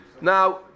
Now